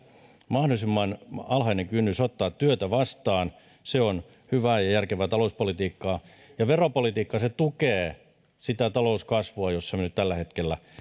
mahdollisimman alhainen kynnys ottaa työtä vastaan se on hyvää ja ja järkevää talouspolitiikkaa ja veropolitiikka tukee sitä talouskasvua jossa me nyt tällä hetkellä